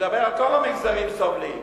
כל המגזרים סובלים,